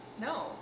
No